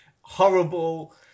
horrible